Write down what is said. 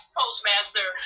postmaster